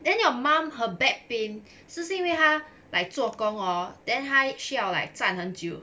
then your mum her back pain 是不是因为他 like 做工 hor then 他需要 like 站很久